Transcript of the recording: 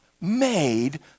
made